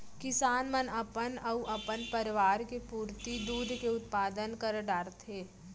किसान मन अपन अउ अपन परवार के पुरती दूद के उत्पादन कर डारथें